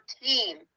team